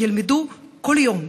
שהם ילמדו כל יום,